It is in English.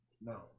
No